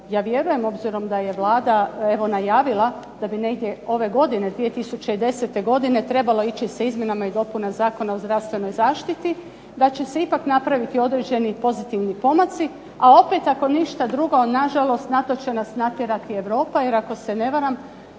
ja vjerujem obzirom da je Vlada evo najavila da bi negdje ove godine, 2010. godine, trebalo ići sa izmjenama i dopunama Zakona o zdravstvenoj zaštiti da će se ipak napraviti određeni pozitivni pomaci, a opet ako ništa drugo nažalost na to će nas natjerati Europa. Jer ako se ne varam